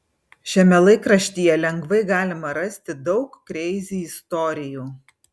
šiame laikraštyje lengvai galima rasti daug kreizi istorijų